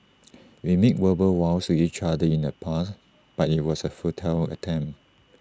we made verbal vows to each other in the past but IT was A futile attempt